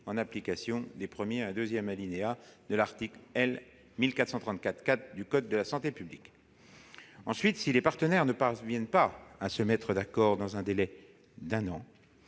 en application des 1° et 2° de l'article L. 1434-4 du code de la santé publique ». Ensuite, si les partenaires ne parviennent pas à se mettre d'accord dans un délai d'un an,